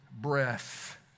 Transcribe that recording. breath